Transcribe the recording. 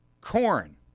corn